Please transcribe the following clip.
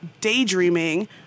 daydreaming